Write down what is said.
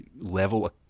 level